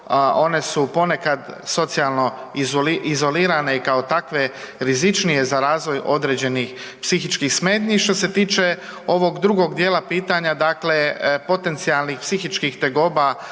one su ponekad socijalno izolirane i kao takve rizičnije za razvoj određenih psihičkih smetnji. Što se tiče ovog drugog dijela pitanja, dakle potencijalnih psihičkih tegoba